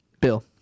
Bill